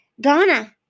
Ghana